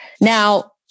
Now